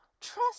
Trust